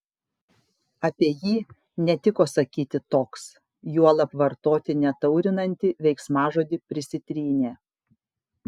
apie jį netiko sakyti toks juolab vartoti netaurinantį veiksmažodį prisitrynė